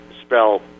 spell